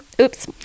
oops